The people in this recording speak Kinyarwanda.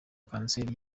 kanseri